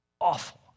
awful